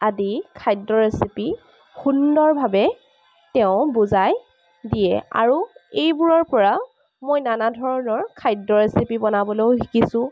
আদি খাদ্য ৰেচিপি সুন্দৰভাৱে তেওঁ বুজাই দিয়ে আৰু এইবোৰৰ পৰা মই নানা ধৰণৰ খাদ্য ৰেচিপি বনাবলৈও শিকিছোঁ